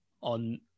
on